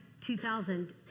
2000